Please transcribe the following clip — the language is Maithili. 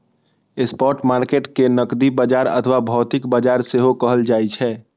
स्पॉट मार्केट कें नकदी बाजार अथवा भौतिक बाजार सेहो कहल जाइ छै